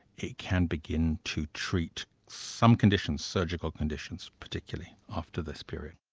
it can begin to treat some conditions, surgical conditions particularly, after this period.